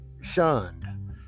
shunned